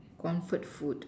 comfort food